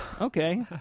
Okay